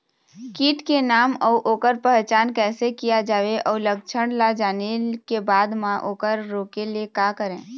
कीट के नाम अउ ओकर पहचान कैसे किया जावे अउ लक्षण ला जाने के बाद मा ओकर रोके ले का करें?